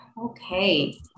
Okay